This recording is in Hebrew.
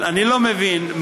אבל אני לא מבין,